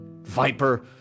VIPER